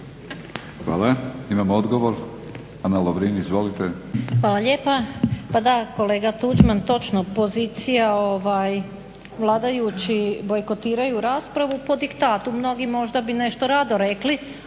Hvala. Imamo odgovor, Ana Lovrin. Izvolite. **Lovrin, Ana (HDZ)** Hvala lijepa. Pa da kolega Tuđman, točno, pozicija, vladajući bojkotiraju raspravu po diktatu. Mnogi možda bi nešto rado rekli,